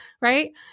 right